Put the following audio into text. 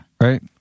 Right